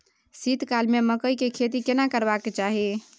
शीत काल में मकई के खेती केना करबा के चाही?